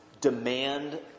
demand